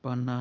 anna